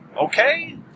Okay